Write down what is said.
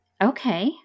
Okay